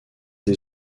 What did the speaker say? des